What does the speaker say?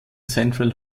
central